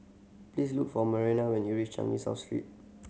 please look for Marianna when you reach Changi South Street